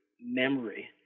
memory